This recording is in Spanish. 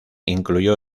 incluyó